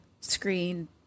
screen